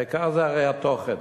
העיקר זה הרי התוכן.